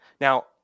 Now